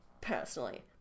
personally